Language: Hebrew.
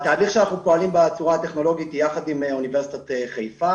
אנחנו פועלים בצורה הטכנולוגית יחד עם אוניברסיטת חיפה,